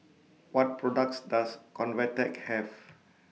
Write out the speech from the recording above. What products Does Convatec Have